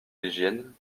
l’hygiène